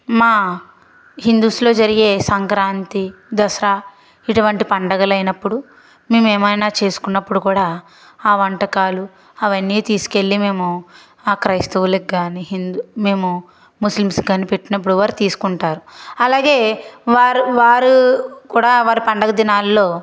మా హిందూస్లో జరిగే సంక్రాంతి దసరా ఇటువంటి పండుగలు అయినప్పుడు మేము ఏమైనా చేసుకున్నప్పుడు కూడా ఆ వంటకాలు అవన్నీ తీసుకెళ్లి మేము ఆ క్రైస్తవులకు కాని హిందూ మేము ముస్లింలు కాని పెట్టినప్పుడు వారు తీసుకుంటారు అలాగే వారు వారు కూడా వారి పండుగ దినాల్లో